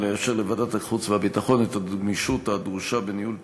אלא יאפשר לוועדת החוץ והביטחון את הגמישות הדרושה בניהול פעילותה.